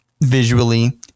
visually